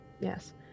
yes